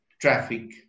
traffic